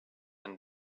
and